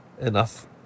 enough